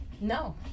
No